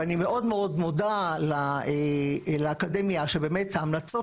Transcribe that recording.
ואני מאוד מאוד מודה לאקדמיה שבאמת ההמלצות